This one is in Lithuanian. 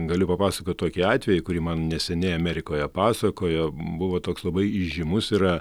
galiu papasakot tokį atvejį kurį man neseniai amerikoje pasakojo buvo toks labai įžymus yra